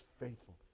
faithful